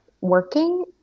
working